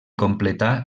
completà